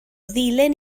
ddulyn